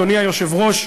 אדוני היושב-ראש,